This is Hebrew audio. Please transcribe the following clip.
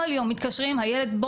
כל יום מתקשרים 'הילד,